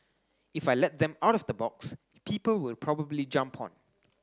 if I let them out of the box people will probably jump on